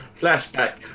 Flashback